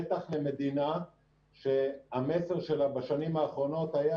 בטח למדינה שהמסר שלה בשנים האחרונות היה: